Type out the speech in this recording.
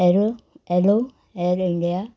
arrow hello air India